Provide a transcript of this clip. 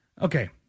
Okay